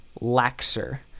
laxer